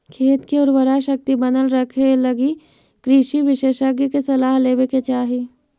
खेत के उर्वराशक्ति बनल रखेलगी कृषि विशेषज्ञ के सलाह लेवे के चाही